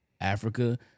Africa